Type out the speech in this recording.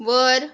वर